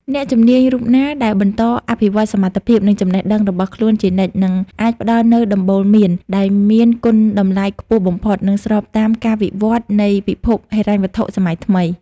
អ្នកជំនាញរូបណាដែលបន្តអភិវឌ្ឍសមត្ថភាព និងចំណេះដឹងរបស់ខ្លួនជានិច្ច នឹងអាចផ្ដល់នូវដំបូន្មានដែលមានគុណតម្លៃខ្ពស់បំផុត និងស្របតាមការវិវត្តនៃពិភពហិរញ្ញវត្ថុសម័យថ្មី។